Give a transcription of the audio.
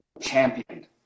championed